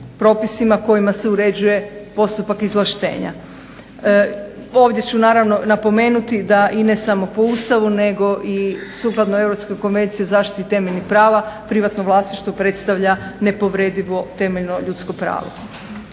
propisima kojima se uređuje postupak izvlaštenja. Ovdje ću naravno napomenuti da i ne samo po Ustavu nego i sukladno Europskoj konvenciji o zaštiti temeljnih prava privatno vlasništvo predstavlja nepovredivo temeljno ljudsko pravo.